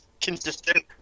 consistent